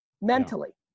Mentally